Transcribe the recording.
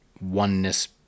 oneness